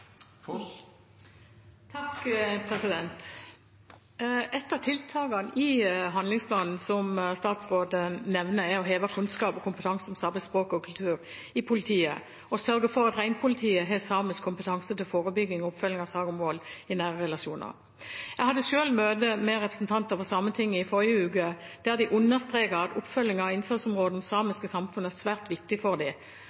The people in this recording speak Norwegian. Et av tiltakene i handlingsplanen som statsråden nevner, er å heve kunnskap og kompetanse om samisk språk og kultur i politiet og sørge for at reinpolitiet har samisk kompetanse til forebygging og oppfølging av saker om vold i nære relasjoner. Jeg hadde selv møte med representanter for Sametinget i forrige uke, der de understreket at oppfølgingen av